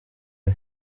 aya